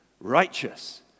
righteous